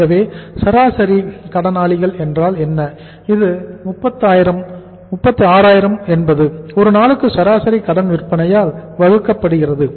ஆகவே சராசரி கடனாளிகள் என்றால் என்ன இது 36000 என்பது ஒரு நாளுக்கு சராசரி கடன் விற்பனையால் வகுக்கப்படுகிறது